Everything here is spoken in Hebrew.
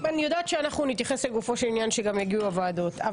יודעת שאנחנו נתייחס לגופו של עניין כשגם יגיעו הוועדות.